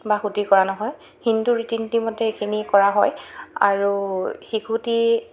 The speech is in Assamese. বা শুদি কৰা নহয় হিন্দু ৰীতি নীতিমতে এইখিনি কৰা হয় আৰু শিশুটি